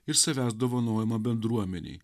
ir savęs dovanojimą bendruomenei